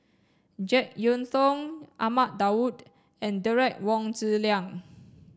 Jek Yeun Thong Ahmad Daud and Derek Wong Zi Liang